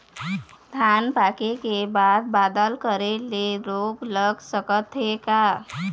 धान पाके के बाद बादल करे ले रोग लग सकथे का?